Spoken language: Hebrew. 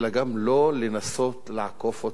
אלא גם לא לנסות לעקוף אותו.